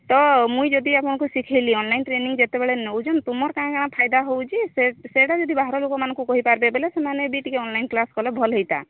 ତ ମୁଇଁ ଯଦି ଆପଣଙ୍କୁ ଶିଖେଇଲି ଅନ୍ଲାଇନ୍ ଟ୍ରେନିଂ ଯେତେବେଳେ ନେଉଛନ୍ତି ତୁମର କାଣା କାଣା ଫାଇଦା ହେଉଛି ସେ ସେଟା ଯଦି ବାହାର ଲୋକମାନଙ୍କୁ କହିପାର୍ବେ ବୋଲେ ସେମାନେ ବି ଆନ୍ଲାଇନ୍ କ୍ଲାସ୍ କଲେ ଭଲ ହେଇତା